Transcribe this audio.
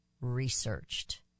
researched